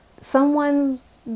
someone's